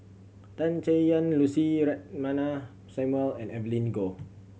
Tan Chay Yan Lucy Samuel and Evelyn Goh